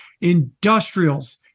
industrials